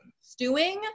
stewing